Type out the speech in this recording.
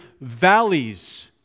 valleys